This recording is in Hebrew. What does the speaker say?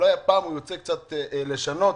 אולי הפעם הוא ירצה קצת לשנות